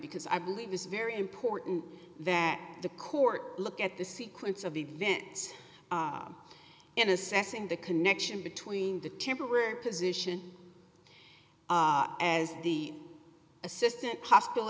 because i believe it's very important that the court look at the sequence of events in assessing the connection between the temporary position as the assistant hos